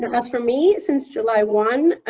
know, that's, for me since july one,